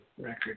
record